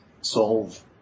solve